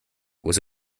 was